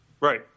Right